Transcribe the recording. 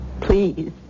Please